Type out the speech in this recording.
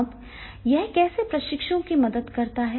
अब यह कैसे प्रशिक्षुओं की मदद करता है